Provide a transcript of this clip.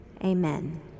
amen